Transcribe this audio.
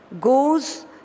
goes